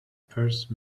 purse